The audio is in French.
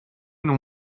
non